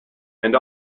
and